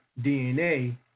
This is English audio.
DNA